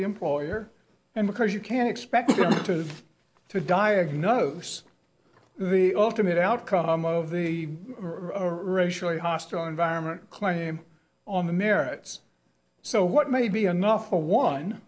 the employer and because you can expect to to diagnose the ultimate outcome of the racially hostile environment claim on the merits so what may be enough for one